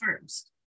first